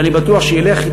שאני בטוח שילך,